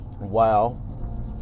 Wow